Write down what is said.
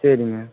சரிங்க